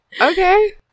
okay